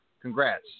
Congrats